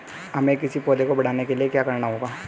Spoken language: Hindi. हमें किसी पौधे को बढ़ाने के लिये क्या करना होगा?